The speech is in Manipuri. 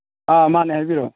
ꯑꯥ ꯃꯥꯅꯦ ꯍꯥꯏꯕꯤꯔꯣ